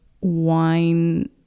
wine